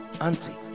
auntie